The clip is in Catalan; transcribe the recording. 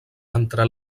entre